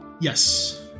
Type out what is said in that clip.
Yes